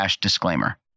disclaimer